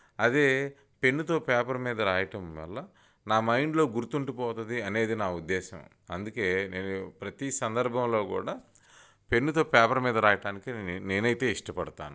అదే పెన్నుతో పేపర్ మీద రాయటం వల్ల నా మైండ్లో గుర్తుండిపోతుంది అనేది నా ఉద్దేశం అందుకే నేను ప్రతీ సందర్భంలో కూడా పెన్నుతో పేపర్ మీద రాయటానికి నేనైతే ఇష్టపడతాను